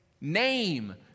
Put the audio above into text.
name